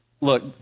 Look